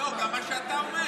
לא, גם מה שאתה אומר.